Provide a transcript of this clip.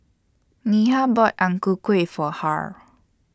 Neha bought Ang Ku Kueh For Harl